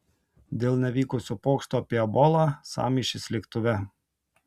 dėl nevykusio pokšto apie ebolą sąmyšis lėktuve